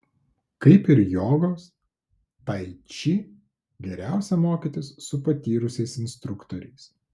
kaip ir jogos tai či geriausia mokytis su patyrusiais instruktoriais